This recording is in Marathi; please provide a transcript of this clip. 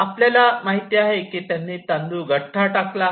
आपल्याला माहिती आहे की त्यांनी तांदूळ गठ्ठा टाकला आहे